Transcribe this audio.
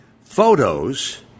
photos